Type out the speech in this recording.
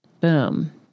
Boom